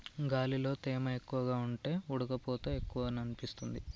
గాలిలో తేమ ఎక్కువగా ఉంటే ఉడుకపోత ఎక్కువనిపిస్తుంది